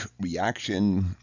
reaction